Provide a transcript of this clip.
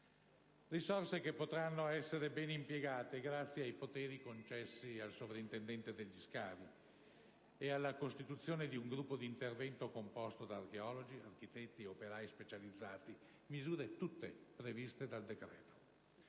queste che potranno essere ben impiegate grazie ai poteri concessi al soprintendente degli scavi e alla costituzione di un gruppo di intervento composto da archeologi, architetti, operai specializzati, misure tutte previste dal decreto.